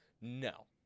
no